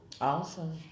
Awesome